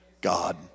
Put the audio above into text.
God